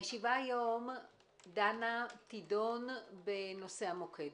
הישיבה היום תידון בנושא המוקד.